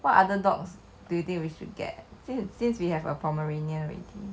what other dogs do you think we should get since since we have a pomeranian already